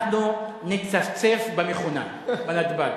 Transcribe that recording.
אנחנו נצפצף במכונה בנתב"ג.